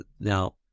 now